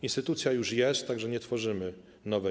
Instytucja już jest, tak że nie tworzymy nowej.